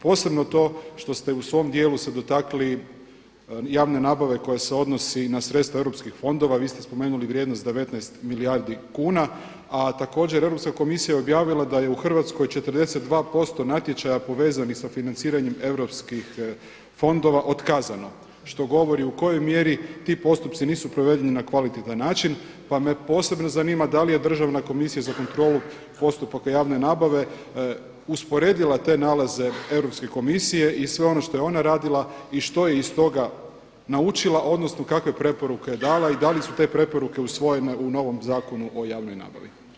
Posebno to što ste u svom dijelu se dotakli javne nabave koja se odnosi na sredstva europskih fondova, vi ste spomenuli vrijednost 19 milijardi kuna, a također Europska komisija je objavila da je u Hrvatskoj 42% natječaja povezanih sa financiranjem europskih fondova otkazano što govori u kojoj mjeri ti postupci nisu provedeni na kvalitetan način pa me posebno zanima da li je Državna komisija za kontrolu postupaka javne nabave usporedila te nalaze Europske komisije i sve ono što je ona radila i što je iz toga naučila odnosno kakve je preporuke je dala i da li su te preporuke usvojene u novom Zakonu o javnoj nabavi.